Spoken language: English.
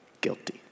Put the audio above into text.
guilty